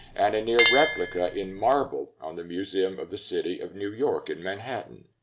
and a near replica in marble on the museum of the city of new york in manhattan.